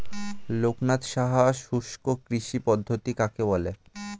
লোকনাথ সাহা শুষ্ককৃষি পদ্ধতি কাকে বলে?